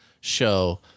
show